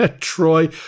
Troy